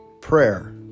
Prayer